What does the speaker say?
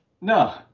No